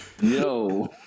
Yo